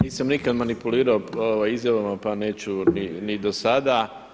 Nisam nikada manipulirao izjavama pa neću ni do sada.